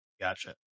Gotcha